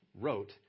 wrote